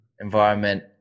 environment